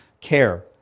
care